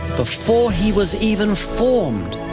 before he was even formed,